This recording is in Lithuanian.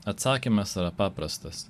atsakymas paprastas